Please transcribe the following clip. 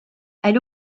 elle